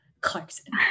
clarkson